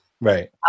Right